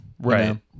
Right